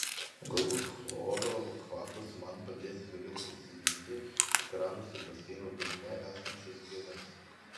galbūt chloro kvapas man padės vėliau prisiminti ekranuose baseino dugne esančias gėles